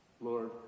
Lord